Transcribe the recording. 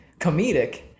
Comedic